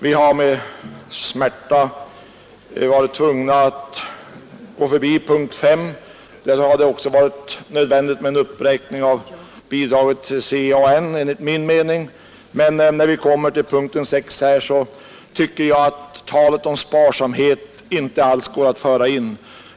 Vi har med smärta varit tvungna att gå förbi punkten 5. Där hade det enligt min mening varit nödvändigt att uppräkna bidraget till CAN. När vi nu kommit till punkten 6, tycker jag emellertid att talet om sparsamhet inte alls går att föra in som en motivering här.